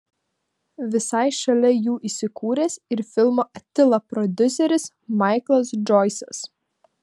visai šalia jų įsikūręs ir filmo atila prodiuseris maiklas džoisas